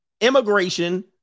immigration